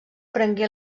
prengué